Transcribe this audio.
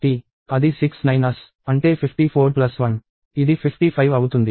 కాబట్టి అది 6 9's అంటే 54 1 ఇది 55 అవుతుంది